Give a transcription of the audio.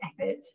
effort